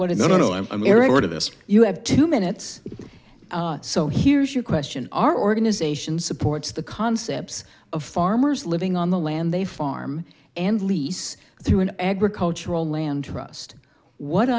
this you have two minutes so here's your question our organization supports the concepts of farmers living on the land they farm and lease through an agricultural land trust what